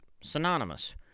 synonymous